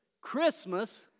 Christmas